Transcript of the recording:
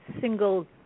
single